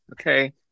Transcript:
Okay